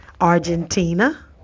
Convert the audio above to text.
Argentina